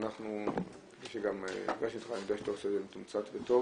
אני יודע שאתה עושה את זה מתומצת וטוב,